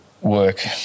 work